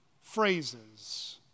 phrases